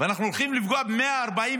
ואנחנו הולכים לפגוע ב-140,000